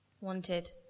wanted